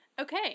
Okay